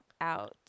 out